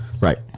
Right